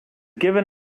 given